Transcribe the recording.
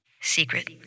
secret